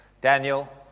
Daniel